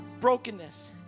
brokenness